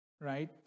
right